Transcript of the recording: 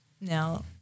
now